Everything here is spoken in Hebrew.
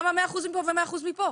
למה 100 אחוזים מכאן ו-100 אחוזים מכאן?